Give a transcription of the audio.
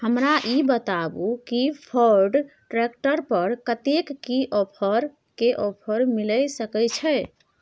हमरा ई बताउ कि फोर्ड ट्रैक्टर पर कतेक के ऑफर मिलय सके छै?